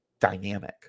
dynamic